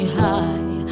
high